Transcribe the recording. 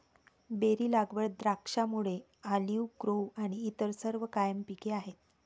berry लागवड, द्राक्षमळे, olive grove आणि इतर सर्व कायम पिके आहेत